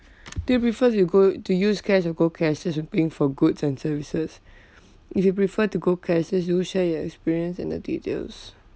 do you prefer to go to use cash or go cashless when paying for goods and services if you prefer to go cashless do share your experience and the details